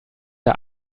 der